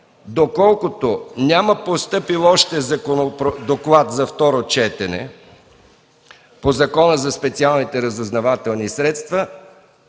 Доколкото няма постъпил още доклад за второ четене по Закона за специалните разузнавателни средства,